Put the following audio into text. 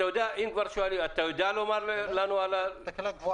אתה יודע לומר לנו על התקלה?